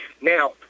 Now